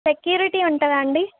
security ఉంటుందా అండి